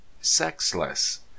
sexless